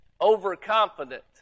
overconfident